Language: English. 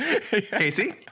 Casey